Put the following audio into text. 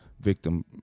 victim